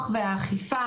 יש פה עבירה.